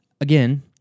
again